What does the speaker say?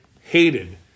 hated